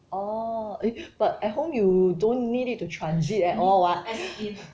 orh eh but at home you don't need it to transit at all [what]